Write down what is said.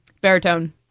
baritone